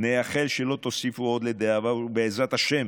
נאחל שלא תוסיפו לדאבה עוד, ובעזרת השם